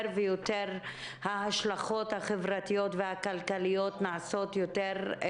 ההשלכות החברתיות והכלכליות נעשות יותר ויותר